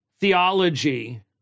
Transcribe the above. theology